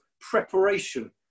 preparation